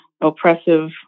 oppressive